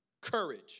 Courage